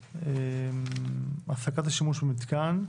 הפסקת השימוש במתקן,